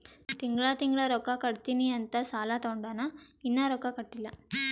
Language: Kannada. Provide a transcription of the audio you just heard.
ತಿಂಗಳಾ ತಿಂಗಳಾ ರೊಕ್ಕಾ ಕಟ್ಟತ್ತಿನಿ ಅಂತ್ ಸಾಲಾ ತೊಂಡಾನ, ಇನ್ನಾ ರೊಕ್ಕಾ ಕಟ್ಟಿಲ್ಲಾ